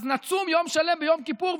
אז נצום יום שלם ביום כיפור,